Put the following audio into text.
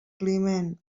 climent